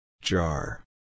Jar